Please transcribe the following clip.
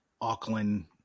Auckland